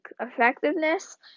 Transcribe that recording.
effectiveness